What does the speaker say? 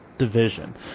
division